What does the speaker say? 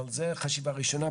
אבל זה חשיבה ראשונה.